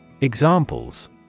Examples